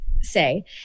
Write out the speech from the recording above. say